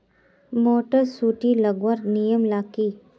Motor सुटी लगवार नियम ला की?